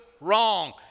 wrong